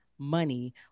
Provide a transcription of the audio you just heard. Money